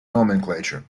nomenclature